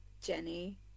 Jenny